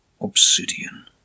Obsidian